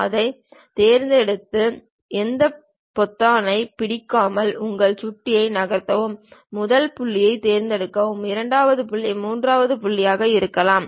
அதைத் தேர்ந்தெடுத்து எந்த பொத்தானையும் பிடிக்காமல் உங்கள் சுட்டியை நகர்த்தவும் முதல் புள்ளியைத் தேர்ந்தெடுக்கவும் இரண்டாவது புள்ளி மூன்றாவது புள்ளியாக இருக்கலாம்